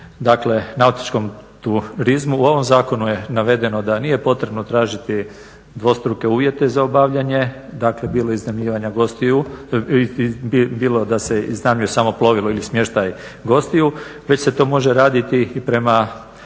dakle nautičkom turizmu u ovom zakonu je navedeno da nije potrebno tražiti dvostruke uvjete za obavljanje, dakle bilo iznajmljivanja, bilo da se iznajmljuje samo plovilo ili smještaj gostiju već se to može raditi i prema